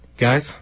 guys